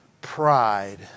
Pride